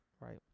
right